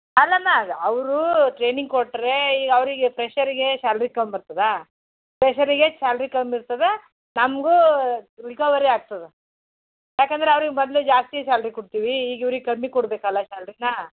ಅಲ್ಲಲ್ಲ ಅವರು ಟ್ರೈನಿಂಗ್ ಕೊಟ್ಟರೆ ಈ ಅವರಿಗೆ ಫ್ರೆಶರ್ಗೆ ಸ್ಯಾಲ್ರಿ ಕಮ್ಮಿ ಬರ್ತದ ಫ್ರೆಶರ್ಗೆ ಸ್ಯಾಲ್ರಿ ಕಮ್ಮಿ ಇರ್ತದ ನಮಗೂ ರಿಕವರಿ ಆಗ್ತದೆ ಏಕೆಂದ್ರೆ ಅವ್ರಿಗೆ ಮೊದ್ಲೇ ಜಾಸ್ತಿ ಸ್ಯಾಲ್ರಿ ಕೊಡ್ತೀವಿ ಈಗ ಇವ್ರಿಗೆ ಕಮ್ಮಿ ಕೊಡಬೇಕಲ್ಲ ಸ್ಯಾಲ್ರೀನ